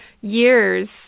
years